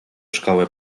szkoły